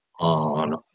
on